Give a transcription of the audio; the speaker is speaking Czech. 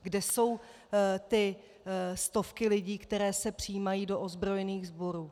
Kde jsou ty stovky lidí, které se přijímají do ozbrojených sborů?